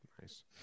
Nice